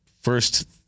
first